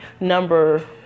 number